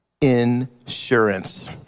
Insurance